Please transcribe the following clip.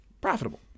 profitable